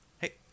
Hey